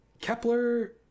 Kepler